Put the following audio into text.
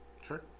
sure